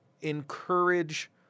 encourage